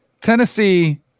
Tennessee